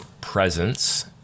Presence